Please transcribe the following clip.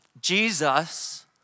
Jesus